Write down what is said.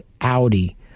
Audi